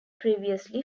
previously